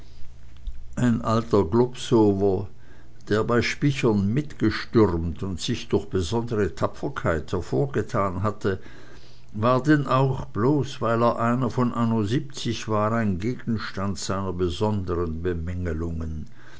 ein alter globsower der bei spichern mit gestürmt und sich durch besondere tapferkeit hervorgetan hatte war denn auch bloß weil er einer von anno siebzig war ein gegenstand seiner besonderen